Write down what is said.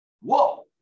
Whoa